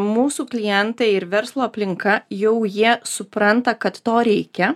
mūsų klientai ir verslo aplinka jau jie supranta kad to reikia